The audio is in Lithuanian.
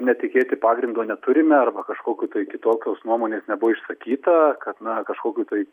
netikėti pagrindo neturime arba kažkokių tai kitokios nuomonės nebuvo išsakyta kad na kažkokių tai